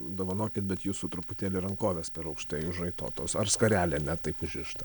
dovanokit bet jūsų truputėlį rankovės per aukštai užraitotos ar skarelė ne taip užrišta